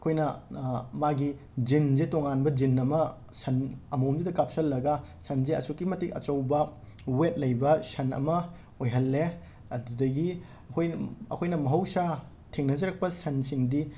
ꯑꯩꯈꯣꯏꯅ ꯃꯥꯒꯤ ꯖꯤꯟꯁꯤ ꯇꯣꯉꯥꯟꯕ ꯖꯤꯟ ꯑꯃ ꯁꯟ ꯑꯃꯣꯝꯗꯨꯗ ꯀꯥꯞꯁꯤꯜꯂꯒ ꯁꯟꯁꯦ ꯑꯁꯨꯛꯀꯤ ꯃꯇꯤꯛ ꯑꯆꯧꯕ ꯋꯦꯠ ꯂꯩꯕ ꯁꯟ ꯑꯃ ꯑꯣꯏꯍꯜꯂꯦ ꯑꯗꯨꯗꯒꯤ ꯑꯩꯈꯣꯏ ꯑꯩꯈꯣꯏꯅ ꯃꯍꯧꯁꯥ ꯊꯦꯡꯅꯖꯔꯛꯄ ꯁꯟꯁꯤꯡꯗꯤ